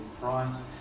price